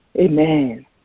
Amen